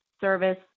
service